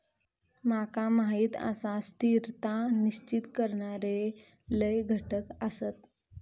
माका माहीत आसा, स्थिरता निश्चित करणारे लय घटक आसत